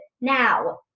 Now